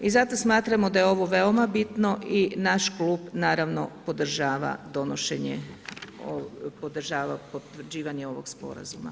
I zato smatramo da je ovo veoma bitno i naš klub naravno podržava donošenje, podržava potvrđivanje ovog sporazuma.